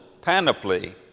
panoply